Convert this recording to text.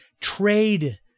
trade